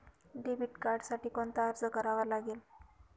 Debit कार्डसाठी कोणता अर्ज करावा लागेल?